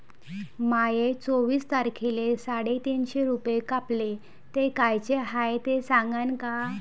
माये चोवीस तारखेले साडेतीनशे रूपे कापले, ते कायचे हाय ते सांगान का?